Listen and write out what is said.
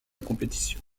compétition